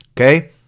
okay